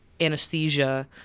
anesthesia